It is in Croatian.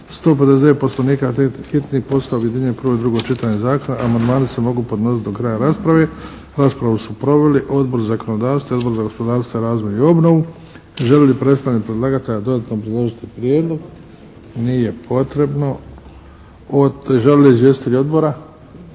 … /Govornik se ne razumije./ … prvo i drugo čitanje zakona. Amandmani se mogu podnositi do kraja rasprave. Raspravu su proveli: Odbor za zakonodavstvo i Odbor za gospodarstvo, razvoj i obnovu. Želi li predstavnik predlagatelja dodatno obrazložiti prijedlog? Nije potrebno. Žele li izvjestitelji Odbora?